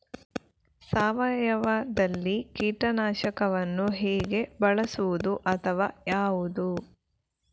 ಸಾವಯವದಲ್ಲಿ ಕೀಟನಾಶಕವನ್ನು ಹೇಗೆ ಬಳಸುವುದು ಅಥವಾ ಯಾವುದು?